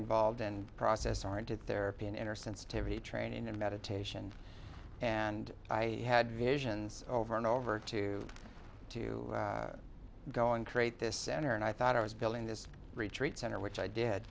involved in process are into therapy and inner sensitivity training and meditation and i had visions over and over to to go and create this center and i thought i was building this retreat center which i did